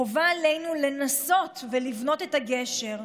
חובה עלינו לנסות ולבנות את הגשר,